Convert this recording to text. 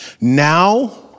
Now